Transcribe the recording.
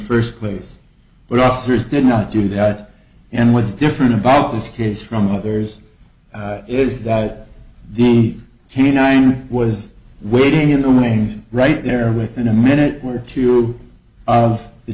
first place where officers did not do that and what is different about this case from others is that the canine was waiting in the wings right there within a minute or two of the